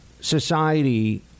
Society